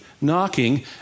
Knocking